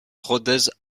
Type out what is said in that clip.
rodez